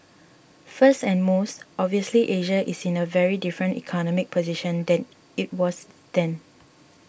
first and most obviously Asia is in a very different economic position than it was then